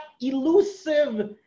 elusive